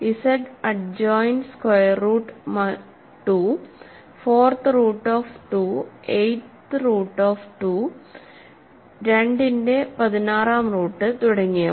Z adjoint square root 2 fourth root of 2എയ്റ്റ് root of 2 2 ന്റെ 16 ആം റൂട്ട് തുടങ്ങിയവ